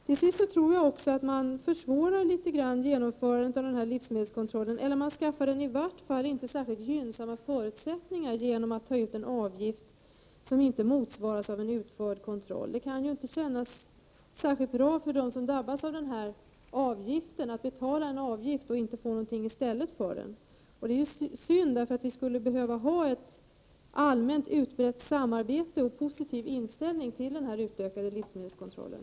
Till sist tror jag att man försvårar genomförandet av livsmedelskontrollen, eller man skaffar i varje fall inte särskilt gynnsamma förutsättningar för den genom att ta ut en avgift som inte motsvaras av utförd kontroll. Det kan inte kännas särskilt bra för dem som drabbas av avgiften att de måste betala en 145 sådan utan att få någonting tillbaka. Det är synd, för vi skulle behöva ett allmänt utbrett samarbete och positiv inställning till den utökade livsmedelskontrollen.